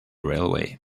railway